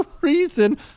reason